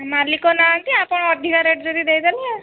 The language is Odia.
ମାଲିକ ନାହାନ୍ତି ଆପଣ ଅଧିକା ରେଟ୍ ରେ ବି ଦେଇଦେଲେ